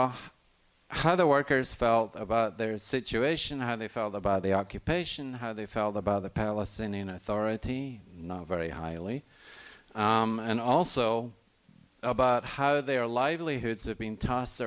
know how the workers felt about their situation how they felt about the occupation how they felt about the palestinian authority very highly and also about how their livelihoods of being toss